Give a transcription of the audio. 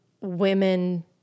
women